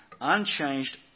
unchanged